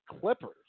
Clippers